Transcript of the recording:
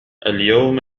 اليوم